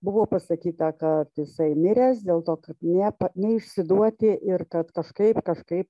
buvo pasakyta kad jisai miręs dėl to kad nepa neišsiduoti ir kad kažkaip kažkaip